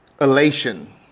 Elation